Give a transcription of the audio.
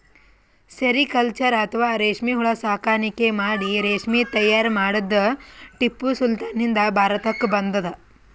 sericulture ಅಥವಾ ರೇಶ್ಮಿ ಹುಳ ಸಾಕಾಣಿಕೆ ಮಾಡಿ ರೇಶ್ಮಿ ತೈಯಾರ್ ಮಾಡದ್ದ್ ಟಿಪ್ಪು ಸುಲ್ತಾನ್ ನಿಂದ್ ಭಾರತಕ್ಕ್ ಬಂದದ್